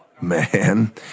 Man